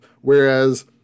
Whereas